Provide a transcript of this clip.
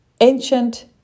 ancient